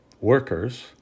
workers